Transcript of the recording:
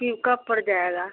पिउकप पर जाएगा